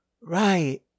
Right